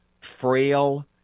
frail